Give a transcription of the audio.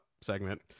segment